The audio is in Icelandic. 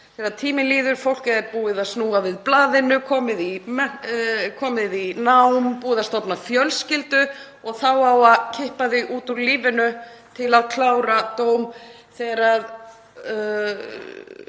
þegar tíminn líður er fólk búið að snúa við blaðinu, komið í nám og búið að stofna fjölskyldu — þá á að kippa því út úr lífinu til að klára dóm þegar það